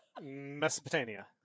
mesopotamia